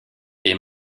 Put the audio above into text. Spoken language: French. est